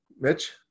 Mitch